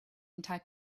entire